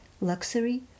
luxury